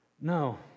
No